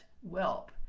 whelp